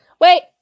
Wait